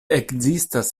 ekzistas